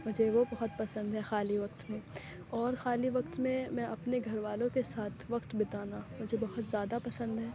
مجھے وہ بہت پسند ہے خالی وقت میں اور خالی وقت میں اپنے گھر والوں کے ساتھ وقت بتانا مجھے بہت زیادہ پسند ہے